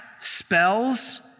spells